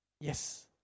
Yes